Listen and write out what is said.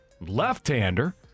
left-hander